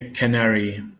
canary